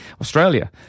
Australia